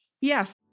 Yes